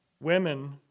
women